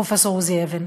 פרופסור עוזי אבן.